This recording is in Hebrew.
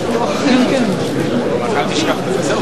חבר הכנסת פלסנר, האם שאר ההסתייגויות,